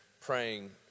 praying